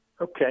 Okay